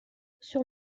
sur